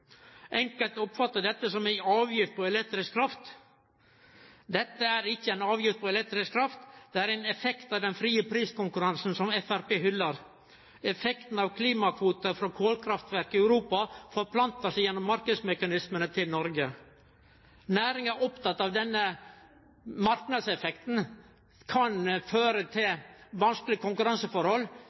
Enkelte oppfattar dette som ei avgift på elektrisk kraft. Dette er ikkje ei avgift på elektrisk kraft, det er ein effekt av den frie priskonkurransen som Framstegspartiet hyllar. Effekten av klimakvotar for kolkraftverk i Europa forplantar seg gjennom marknadsmekanismane til Noreg. Næringa er oppteken av at denne marknadseffekten kan føre til vanskelege konkurranseforhold,